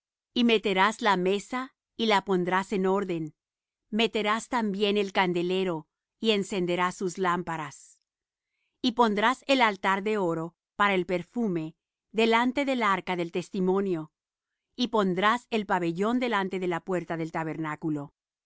y meterás la mesa y la pondrás en orden meterás también el candelero y encenderás sus lámparas y pondrás el altar de oro para el perfume delante del arca del testimonio y pondrás el pabellón delante de la puerta del tabernáculo